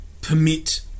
permit